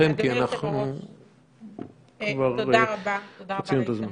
כי אנחנו כבר חוצים את הזמן.